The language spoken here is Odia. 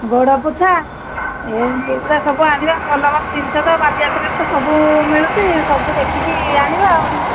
ଗୋଡ଼ ପୋଛା ଏମିତି ଏଗୁଡ଼ା ସବୁ ଆଣିବା ଭଲ ଭଲ ଜିନିଷ ତ ବାଲିଯାତ୍ରାରେ ତ ସବୁ ମିଳୁଛି ସବୁ ଦେଖିକି ଆଣିବା ଆଉ